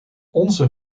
onze